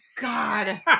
God